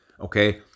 okay